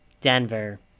Denver